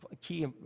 key